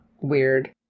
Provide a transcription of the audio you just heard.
weird